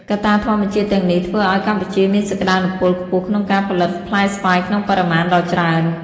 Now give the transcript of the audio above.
កត្តាធម្មជាតិទាំងនេះ ធ្វើឱ្យកម្ពុជាមានសក្តានុពលខ្ពស់ក្នុងការផលិតផ្លែស្វាយក្នុងបរិមាណដ៏ច្រើន។